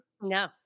No